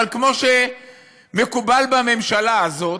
אבל כמו שמקובל בממשלה הזאת,